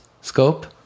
scope